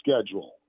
schedule